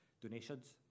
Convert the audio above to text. donations